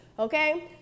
Okay